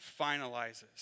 finalizes